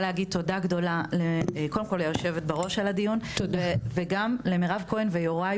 להגיד תודה גדולה ליושבת-ראש הדיון וגם לחברי הכנסת מירב כהן ויוראי